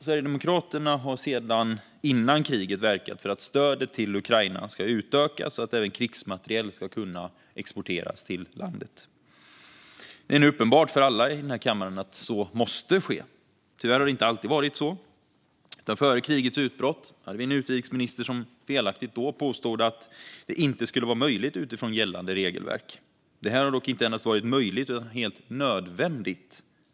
Sverigedemokraterna har sedan före kriget verkat för att stödet till Ukraina ska utökas och för att även krigsmateriel ska kunna exporteras till landet. Det är nu uppenbart för alla i denna kammare att så måste ske. Tyvärr har det inte alltid varit så. Före krigets utbrott hade vi en utrikesminister som felaktigt påstod att det inte skulle vara möjligt utifrån gällande regelverk. Det har dock inte endast varit möjligt utan helt nödvändigt.